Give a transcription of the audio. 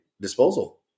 disposal